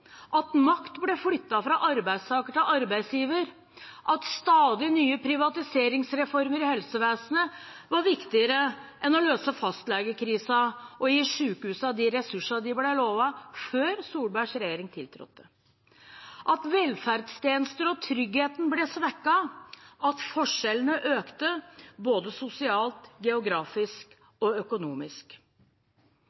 at makt ble flyttet fra arbeidstaker til arbeidsgiver, at stadig nye privatiseringsreformer i helsevesenet var viktigere enn å løse fastlegekrisen og gi sykehusene de ressursene de ble lovet før Solbergs regjering tiltrådte, at velferdstjenester og trygghet ble svekket, og at forskjellene økte, både sosialt, geografisk